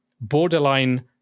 borderline